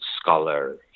scholar